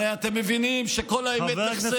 הרי אתם מבינים שכל האמת נחשפת,